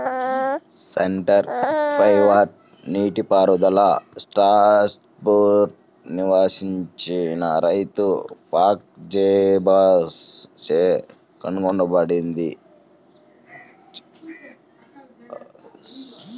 centre pivot నీటిపారుదల స్ట్రాస్బర్గ్లో నివసించిన రైతు ఫ్రాంక్ జైబాచ్ చే కనుగొనబడింది